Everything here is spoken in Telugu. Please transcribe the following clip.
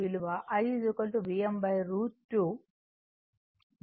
ఎందుకంటే Im Vm R